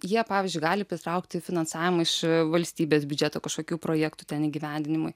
jie pavyzdžiui gali pritraukti finansavimą iš valstybės biudžeto kažkokių projektų ten įgyvendinimui